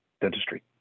dentistry